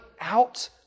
out